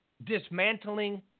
Dismantling